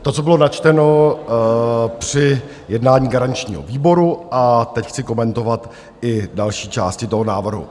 To, co bylo načteno při jednání garančního výboru, a chci komentovat i další části toho návrhu.